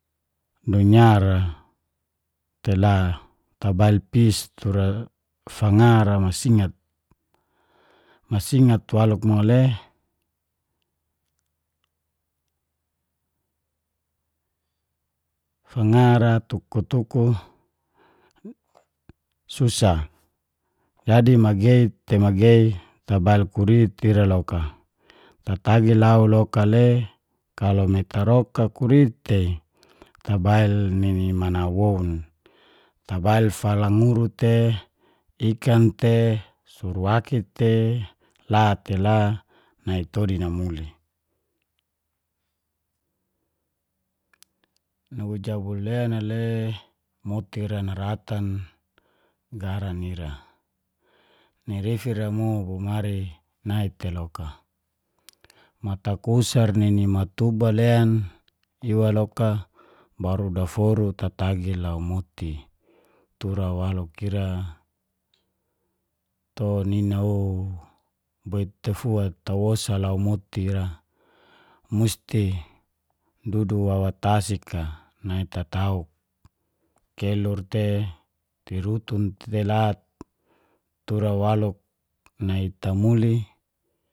Dunia ra tela tabail pis tura fanga masingat masingat waluk mole, fangara tuku-tuku susah. Jadi magei te magei tabail kurit ira loka. Tatagi lau loka le, kalau me taroka kurit tei tabail nini mana woun. Tabail falanguru te, ikan te, suruwaki te, la tela nai todi namuli. Nugu jabul len na le, moti ra naratan garan ira ni rifi ra mo bomari nai tei loka. Matakusar nini matubal len iwa loka baru daforu tatagi lau moti tura waluk ira to nina o boit tei fua tawosa lau moti ra musti dudu wawa tasik a nai tatauk kelor te, tirutun te la tura waluk nai tamuli